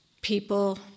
people